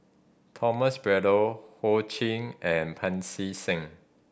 Thomas Braddell Ho Ching and Pancy Seng